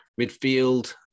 Midfield